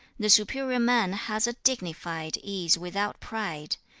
the superior man has a dignified ease without pride.